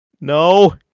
No